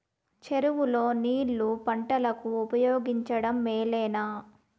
చెరువు లో నీళ్లు పంటలకు ఉపయోగించడం మేలేనా?